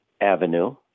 Avenue